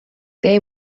they